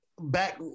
back